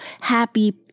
happy